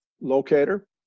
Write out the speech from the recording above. locator